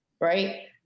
right